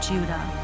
Judah